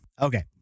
Okay